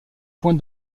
point